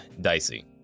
dicey